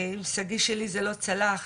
עם שגיא שלי זה לא צלח.